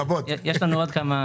יש שני סוגי